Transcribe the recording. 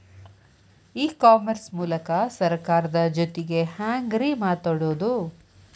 E commerce ಮೂಲಕ ಸರ್ಕಾರದ ಜೊತಿಗೆ ಹ್ಯಾಂಗ್ ರೇ ಮಾತಾಡೋದು?